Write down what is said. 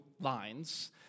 lines